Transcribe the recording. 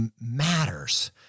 matters